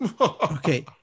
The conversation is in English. Okay